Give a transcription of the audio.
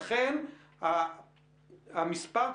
לכן המספר,